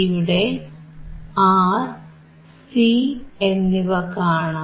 ഇവിടെ R C എന്നിവ കാണാം